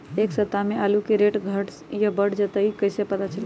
एक सप्ताह मे आलू के रेट घट ये बढ़ जतई त कईसे पता चली?